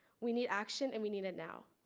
we need action and we need it now.